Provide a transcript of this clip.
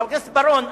חבר הכנסת בר-און,